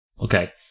Okay